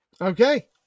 Okay